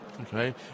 Okay